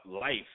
life